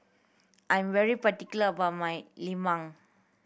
I'm really particular about my lemang